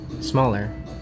smaller